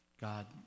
God